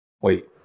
Wait